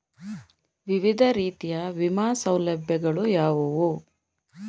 ವಿವಿಧ ರೀತಿಯ ವಿಮಾ ಸೌಲಭ್ಯಗಳು ಯಾವುವು?